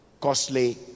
costly